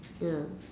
ya